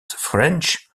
french